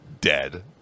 dead